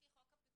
זה קשור למצלמות?